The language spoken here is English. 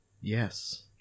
Yes